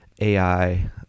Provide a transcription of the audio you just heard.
AI